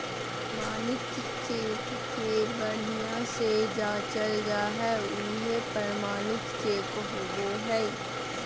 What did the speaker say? प्रमाणित चेक के बढ़िया से जाँचल जा हइ उहे प्रमाणित चेक होबो हइ